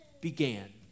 began